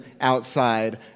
outside